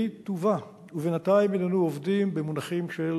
היא תובא, ובינתיים הננו עובדים במונחים של